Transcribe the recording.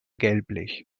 gelblich